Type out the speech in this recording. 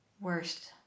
worst